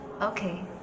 Okay